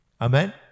Amen